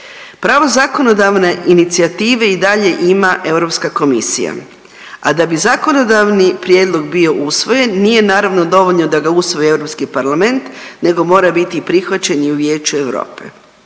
Pravo zakonodavne inicijative i dalje ima Europska komisija, a da bi zakonodavni prijedlog bio usvojen nije naravno dovoljno da ga usvoji Europski parlament nego mora biti i prihvaćen i u Vijeću Europe.